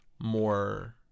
more